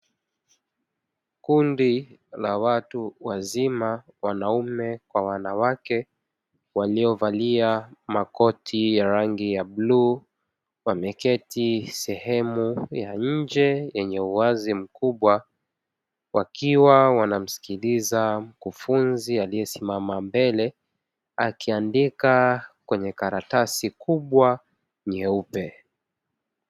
Kundi la watu wazima wanaume kwa wanawake waliovalia makoti ya rangi ya bluu wameketi sehemu ya nje yenye uwazi mkubwa wakiwa wanamsikiliza mkufunzi aliyesimama mbele akiandika kwenye karatasi kubwa nyeupe.